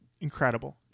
Incredible